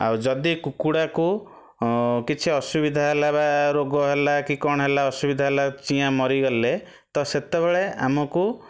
ଆଉ ଯଦି କୁକୁଡ଼ା କୁ ଅ କିଛି ଅସୁବିଧା ହେଲା ବା ରୋଗ ହେଲା କି କ'ଣ ହେଲା ଅସୁବିଧା ହେଲା ଚିଆଁ ମରିଗଲେ ତ ସେତେବେଳେ ଆମକୁ